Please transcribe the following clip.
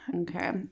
Okay